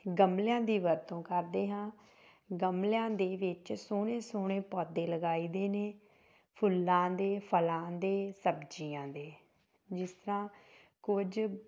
ਗਮਲਿਆਂ ਦੀ ਵਰਤੋਂ ਕਰਦੇ ਹਾਂ ਗਮਲਿਆਂ ਦੇ ਵਿੱਚ ਸੋਹਣੇ ਸੋਹਣੇ ਪੌਦੇ ਲਗਾਈ ਦੇ ਨੇ ਫੁੱਲਾਂ ਦੇ ਫਲਾਂ ਦੇ ਸਬਜ਼ੀਆਂ ਦੇ ਜਿਸ ਤਰ੍ਹਾਂ ਕੁਝ